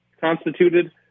constituted